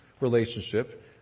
relationship